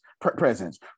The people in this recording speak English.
presence